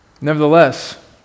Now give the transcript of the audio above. Nevertheless